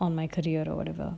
on my career or whatever